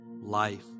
life